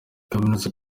kuminuza